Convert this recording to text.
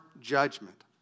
judgment